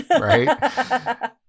right